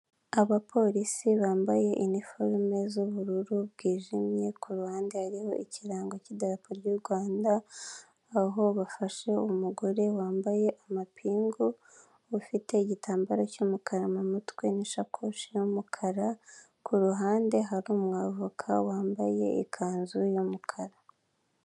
Urupapuro rw'umweru rwanditseho amagambo mu ibara ry'umukara amazina n'imibare yanditseho mu rurimi rw'icyongereza n'ifite amabara y'imituku.